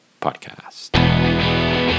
Podcast